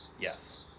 yes